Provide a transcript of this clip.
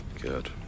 Good